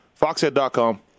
foxhead.com